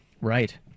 Right